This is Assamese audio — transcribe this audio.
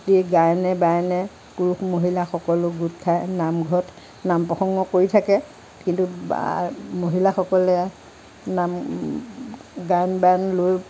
গোটেই গায়নে বায়নে পুৰুষ মহিলা সকলো গোট খায় নামঘৰত নাম প্ৰসংগ কৰি থাকে কিন্তু মহিলাসকলে নাম গায়ন বায়ন লৈ